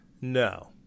No